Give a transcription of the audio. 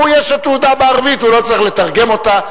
יש לו תעודה בערבית והוא לא צריך לתרגם אותה.